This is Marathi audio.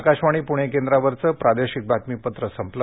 आकाशवाणी पुणे केंद्रावरचं प्रादेशिक बातमीपत्र संपलं